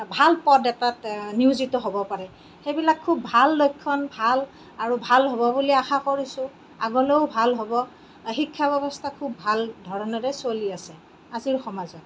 ভাল পদ এটাত নিয়োজিত হ'ব পাৰে সেইবিলাক খুব ভাল লক্ষণ ভাল আৰু ভাল হ'ব বুলি আশা কৰিছোঁ আগলৈও ভাল হ'ব শিক্ষাব্য়ৱস্থা খুব ভাল ধৰণেৰে চলি আছে আজিৰ সমাজত